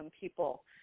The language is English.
people